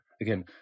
again